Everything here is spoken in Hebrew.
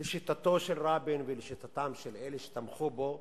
לשיטתו של רבין ולשיטתם של אלה שתמכו בו,